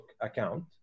account